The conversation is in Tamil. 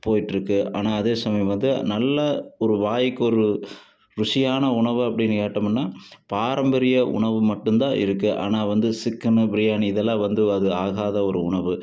போயிட்டுருக்கு ஆனால் அதே சமயம் பார்த்தா நல்ல ஒரு வாயிக்கு ஒரு ருசியான உணவு அப்படின்னு கேட்டமுன்னா பாரம்பரிய உணவு மட்டும்தான் இருக்கு ஆனால் வந்து சிக்கன்னு பிரியாணி இதெல்லாம் வந்து அது ஆகாத ஒரு உணவு